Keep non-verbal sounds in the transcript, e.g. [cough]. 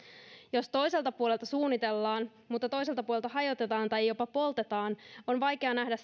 jos toiselta puolelta suunnitellaan mutta toiselta puolelta hajotetaan tai jopa poltetaan on vaikea nähdä [unintelligible]